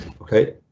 okay